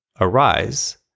arise